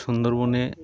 সুন্দরবনে